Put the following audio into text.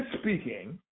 speaking